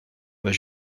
pas